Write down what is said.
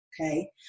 okay